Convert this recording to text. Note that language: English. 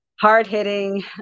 Hard-hitting